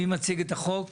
מי מציג את החוק?